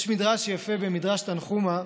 יש מדרש יפה במדרש תנחומא,